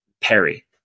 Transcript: Perry